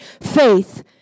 faith